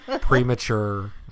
Premature